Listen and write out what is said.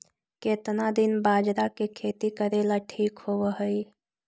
केतना दिन बाजरा के खेती करेला ठिक होवहइ?